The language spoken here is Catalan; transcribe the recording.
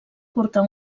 portar